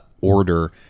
order